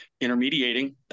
intermediating